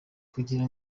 kugira